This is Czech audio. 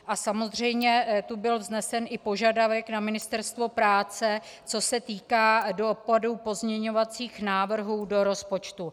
A samozřejmě tu byl vznesen i požadavek na Ministerstvo práce, co se týká dopadů pozměňovacích návrhů do rozpočtu.